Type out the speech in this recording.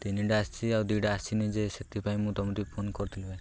ତିନିଟା ଆସିଛି ଆଉ ଦୁଇଟା ଆସିନି ଯେ ସେଥିପାଇଁ ମୁଁ ତମକୁ ଟିକେ ଫୋନ୍ କରିଥିଲି ଭାଇ